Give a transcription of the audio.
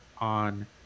on